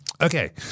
Okay